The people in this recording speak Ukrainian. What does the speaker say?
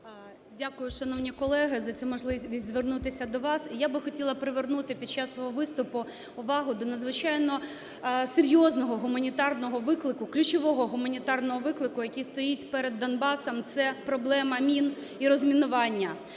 Дякую, шановні колеги, за цю можливість звернутися до вас. Я би хотіла привернути під час свого виступу увагу до надзвичайно серйозного гуманітарного виклику, ключового гуманітарного виклику, який стоїть перед Донбасом. Це проблема мін і розмінування.